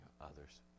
others